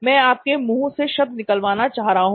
मैं आपके मुंह से शब्द निकलवाना चाह रहा हूं